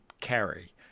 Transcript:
carry